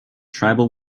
tribal